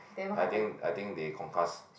I think I think they concuss